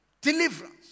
deliverance